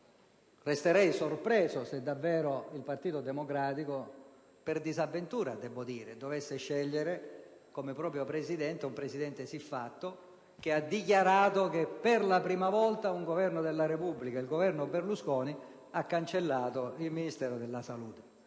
Resterei sorpreso se davvero il Partito Democratico - per disavventura, devo dire - dovesse scegliere alla propria guida un siffatto segretario, che ha dichiarato che per la prima volta un Governo della Repubblica, il Governo Berlusconi, ha cancellato il Ministero della salute.